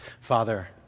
Father